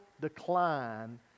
decline